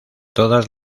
todas